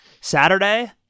Saturday